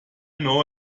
knew